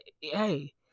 hey